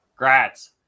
Grats